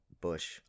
bush